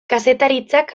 kazetaritzak